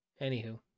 Anywho